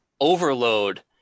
overload